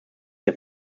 den